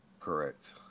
Correct